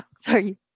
sorry